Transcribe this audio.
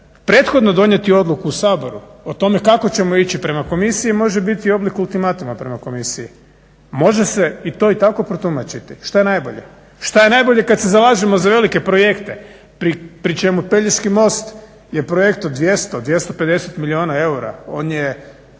prethodno donijeti odluku u Saboru o tome kako ćemo ići prema komisiji može biti oblik ultimatuma prema komisiji. Može se i to i tako protumačiti. Šta je najbolje? Šta je najbolje kada se zalažemo za velike projekte pri čemu Pelješki most je projekt od 200, 250 milijuna eura. On je